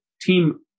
team